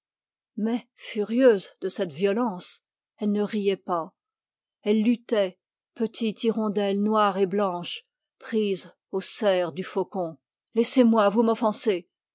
mais furieuse de cette violence elle luttait petite hirondelle blanche et noire prise aux serres du faucon laissez-moi vous m'offensez